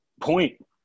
point